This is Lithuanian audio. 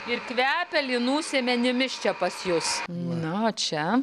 ir kvepia linų sėmenimis čia pas jus na o čia